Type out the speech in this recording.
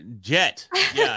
jet